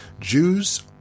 Jews